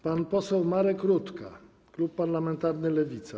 Pan poseł Marek Rutka, klub parlamentarny Lewica.